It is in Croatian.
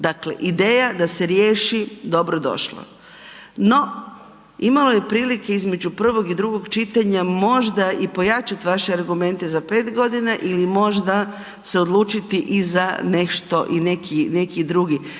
Dakle, ideja da se riješi dobro došla. No, imalo je prilike između prvog i drugog čitanja možda i pojačati vaše argumente za 5 godina ili možda se odlučiti i za nešto i za neki drugi